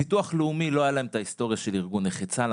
לביטוח לאומי אין את ההיסטוריה של ארגון נכי צה"ל.